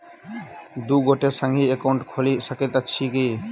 दु गोटे संगहि एकाउन्ट खोलि सकैत छथि की?